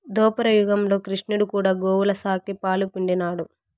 దోపర యుగంల క్రిష్ణుడు కూడా గోవుల సాకి, పాలు పిండినాడు